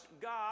God